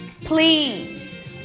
Please